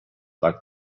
like